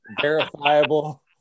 verifiable